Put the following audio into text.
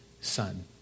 son